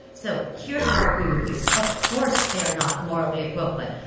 so here's where i agree with you, of course, they are not morally equivalent.